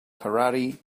karate